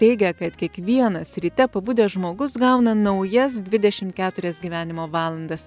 teigia kad kiekvienas ryte pabudęs žmogus gauna naujas dvidešim keturias gyvenimo valandas